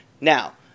Now